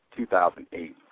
2008